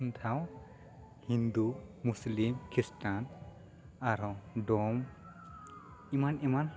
ᱫᱷᱟᱣ ᱦᱤᱱᱫᱩ ᱢᱩᱥᱞᱤᱢ ᱠᱷᱤᱥᱴᱟᱱ ᱟᱨᱚ ᱰᱚᱢ ᱮᱢᱟᱱ ᱮᱢᱟᱱ